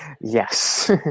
Yes